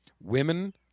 women